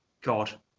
god